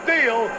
Deal